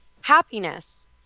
Happiness